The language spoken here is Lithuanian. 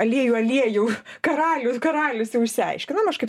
aliejų aliejų karalius karalius jau išsiaiškinom aš kaip